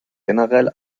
generell